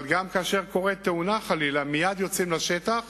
אבל גם כאשר חלילה מתרחשת תאונה, מייד יוצאים לשטח